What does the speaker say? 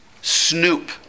snoop